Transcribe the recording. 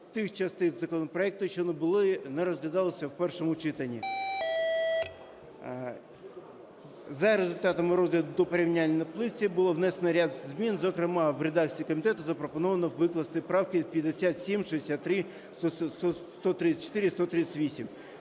тих частин законопроекту, що не були, не розглядалися в першому читанні. За результатами розгляду у порівняльну таблицю було внесено ряд змін. Зокрема в редакції комітету запропоновано викласти правки 57, 63, 134 і 138.